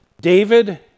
David